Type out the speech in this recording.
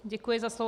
Děkuji za slovo.